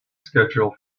schedule